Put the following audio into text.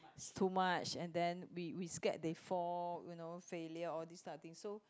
so much and then we we scared they fall you know failure all these type of thing so